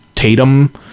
Tatum